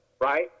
right